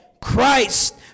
Christ